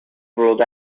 ruled